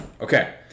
Okay